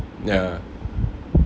ya